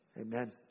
Amen